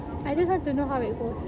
I just want to know how it goes